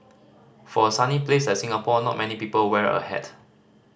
for a sunny place like Singapore not many people wear a hat